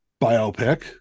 biopic